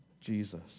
Jesus